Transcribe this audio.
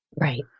Right